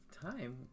time